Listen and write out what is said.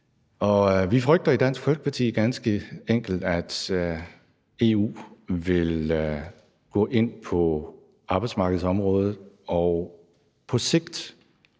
Vi frygter i Dansk Folkeparti ganske enkelt, at EU vil gå ind på arbejdsmarkedsområdet og på sigt